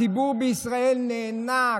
הציבור בישראל נאנק,